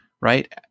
right